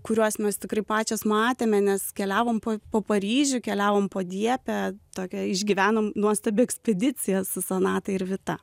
kuriuos mes tikrai pačios matėme nes keliavom po po paryžių keliavom po diepę tokią išgyvenom nuostabią ekspediciją su sonata ir vita